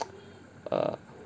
err